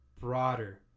broader